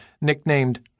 nicknamed